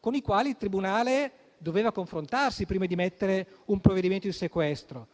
con i quali il tribunale doveva confrontarsi prima di emettere un provvedimento di sequestro.